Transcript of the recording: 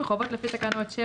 מחובות לפי תקנות 7,